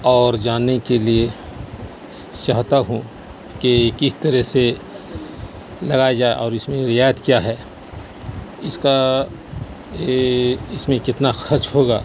اور جاننے کے لیے چاہتا ہوں کہ کس طرح سے لگایا جائے اور اس میں رعایت کیا ہے اس کا اس میں کتنا خرچ ہوگا